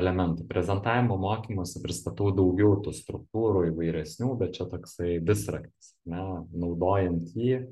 elementai prezidentavimo mokymuose pristatau daugiau tų struktūrų įvairesnių bet čia toksai visraktis ar ne naudojant jį